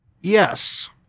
yes